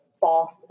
false